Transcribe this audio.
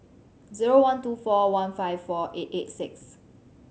zero one two four one five four eight eight six